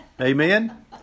Amen